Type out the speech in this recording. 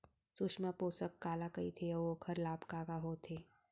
सुषमा पोसक काला कइथे अऊ ओखर लाभ का का होथे?